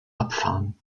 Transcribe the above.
abfahren